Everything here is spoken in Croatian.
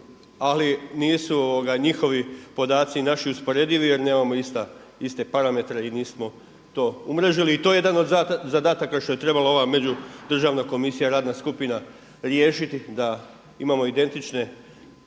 ali nisu njihovi podaci usporedivi, jer nemamo iste parametre i nismo to umrežili. I to je jedan od zadataka što je trebala ova međudržavna komisija, radna skupina riješiti da imamo identične